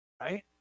Right